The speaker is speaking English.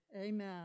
Amen